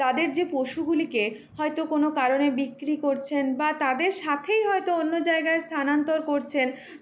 তাদের যে পশুগুলিকে হয়তো কোনো কারণে বিক্রি করছেন বা তাদের সাথেই হয়তো অন্য জায়গায় স্থানান্তর করছেন